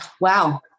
wow